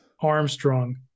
Armstrong